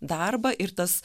darbą ir tas